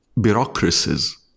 bureaucracies